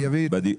כן.